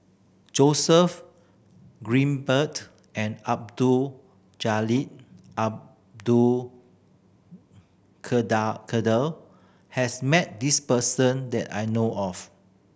Joseph and Abdul Jalil Abdul Kadir has met this person that I know of